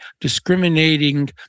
discriminating